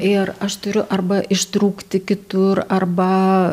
ir aš turiu arba ištrūkti kitur arba